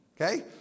okay